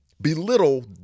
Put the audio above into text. belittle